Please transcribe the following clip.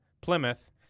Plymouth